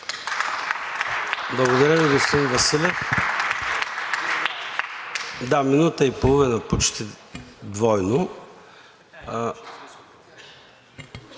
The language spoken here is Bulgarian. Благодаря Ви, господин Василев. Минута и половина почти – двойно.